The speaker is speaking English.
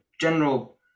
general